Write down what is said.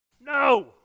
No